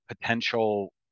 potential